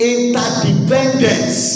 Interdependence